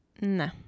No